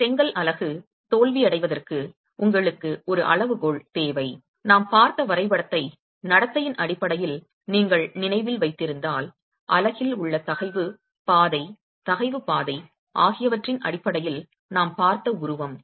எனவே செங்கல் அலகு தோல்வியடைவதற்கு உங்களுக்கு ஒரு அளவுகோல் தேவை நாம் பார்த்த வரைபடத்தை நடத்தையின் அடிப்படையில் நீங்கள் நினைவில் வைத்திருந்தால் அலகில் உள்ள தகைவு பாதை தகைவு பாதை ஆகியவற்றின் அடிப்படையில் நாம் பார்த்த உருவம்